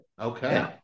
okay